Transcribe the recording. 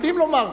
יכולים לומר זאת.